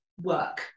work